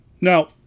Now